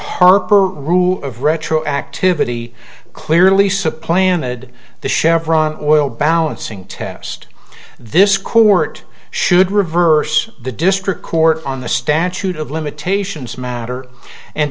harper rule of retroactivity clearly supplanted the chevron oil balancing test this court should reverse the district court on the statute of limitations matter and